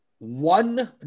One